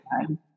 time